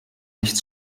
nicht